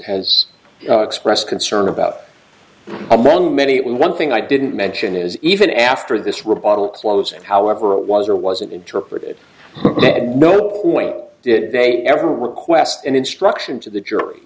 has expressed concern about among many one thing i didn't mention is even after this report will close however it was or wasn't interpreted but at no point did they ever request an instruction to the jury